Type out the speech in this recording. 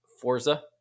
Forza